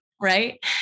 Right